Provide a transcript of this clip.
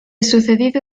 sucedido